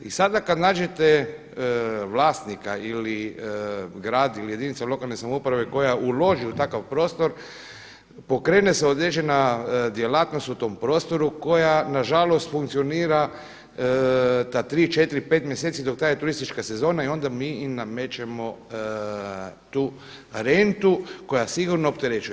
I sada kada nađete vlasnika ili grad ili jedinice lokalne samouprave koja uloži u takav prostor pokrene se određena djelatnost u tom prostoru koja nažalost funkcionira ta 3, 4, 5 mjeseci dok traje turistička sezona i onda mi im namećemo tu rentu koja sigurno opterećuje.